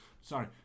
Sorry